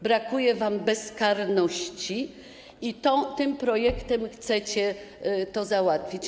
Brakuje wam bezkarności i tym projektem chcecie to załatwić.